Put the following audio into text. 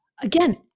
again